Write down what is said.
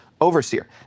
overseer